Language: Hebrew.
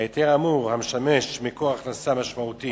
ההיתר האמור, המשמש מקור הכנסה משמעותי